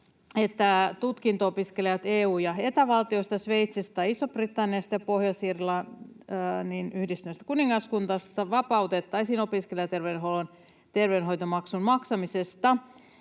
että tutkinto-opiskelijat EU- ja Eta-valtioista, Sveitsistä tai Ison-Britannian ja Pohjois-Irlannin yhdistyneestä kuningaskunnasta vapautettaisiin opiskelijaterveydenhuollon terveydenhoitomaksun maksamisesta